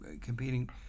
competing